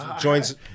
joins